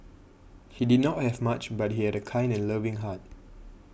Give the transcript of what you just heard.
he did not have much but he had a kind and loving heart